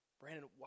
brandon